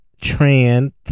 Trans